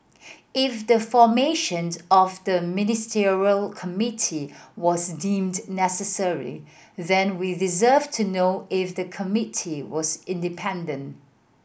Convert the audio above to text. if the formations of the Ministerial Committee was deemed necessary then we deserve to know if the committee was independent